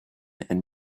and